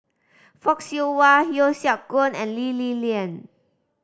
Fock Siew Wah Yeo Siak Goon and Lee Li Lian